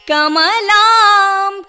Kamalam